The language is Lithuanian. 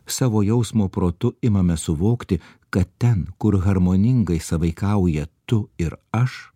savo jausmo protu imame suvokti kad ten kur harmoningai sąveikauja tu ir aš